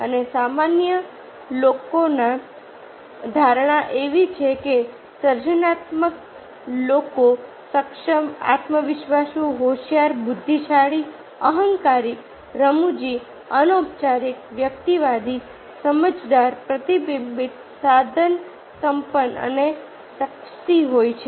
અને સામાન્ય લોકોની ધારણા એવી છે કે સર્જનાત્મક લોકો સક્ષમ આત્મવિશ્વાસુ હોંશિયાર બુદ્ધિશાળી અહંકારી રમૂજી અનૌપચારિક વ્યક્તિવાદી સમજદાર પ્રતિબિંબીત સાધનસંપન્ન અને સેક્સી હોય છે